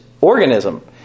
organism